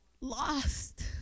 Lost